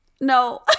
No